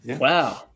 wow